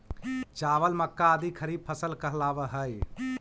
चावल, मक्का आदि खरीफ फसल कहलावऽ हइ